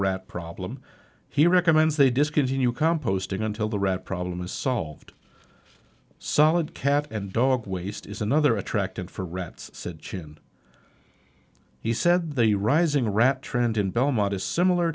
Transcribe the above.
rat problem he recommends they discontinue composting until the rat problem is solved solid cat and dog waste is another attractant for rats said jim he said the rising rat trend in belmont is similar